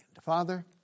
Father